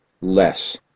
less